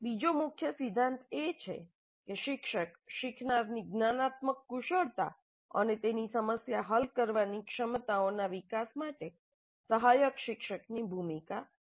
બીજો મુખ્ય સિદ્ધાંત એ છે કે'શિક્ષક શીખનારની જ્ઞાનાત્મક કુશળતા અને તેની સમસ્યા હલ કરવાની ક્ષમતાઓના વિકાસ માટે સહાયક શિક્ષકની ભૂમિકા ભજવે છે